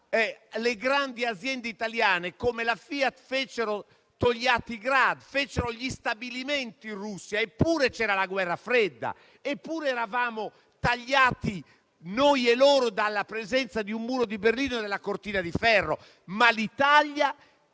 le grandi aziende italiane come la FIAT fecero Togliattigrad e fecero gli stabilimenti in Russia. Eppure c'era la Guerra fredda, eppure eravamo tagliati noi e loro dalla presenza di un muro di Berlino e della cortina di ferro, ma l'Italia è rimasta